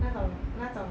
那种那种